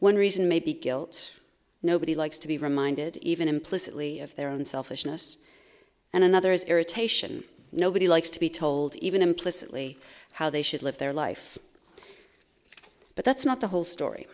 when reason may be guilt nobody likes to be reminded even implicitly of their own selfishness and another's irritation nobody likes to be told even implicitly how they should live their life but that's not the whole story